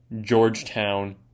Georgetown